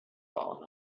fallen